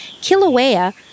Kilauea